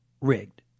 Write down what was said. rigged